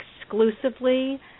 exclusively